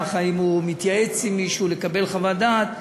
אם הוא מתייעץ עם מישהו לקבלת חוות דעת,